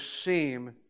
seem